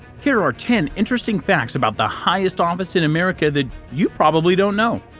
here are ten interesting facts about the highest office in america that you probably don't know.